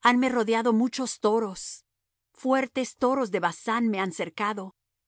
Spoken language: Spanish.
hanme rodeado muchos toros fuertes toros de basán me han cercado